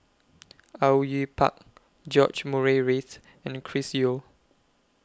Au Yue Pak George Murray Reith and Chris Yeo